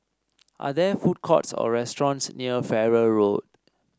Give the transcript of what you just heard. are there food courts or restaurants near Farrer Road